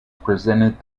presented